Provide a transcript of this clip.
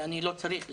ואני לא צריך להביא.